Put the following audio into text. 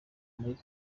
muri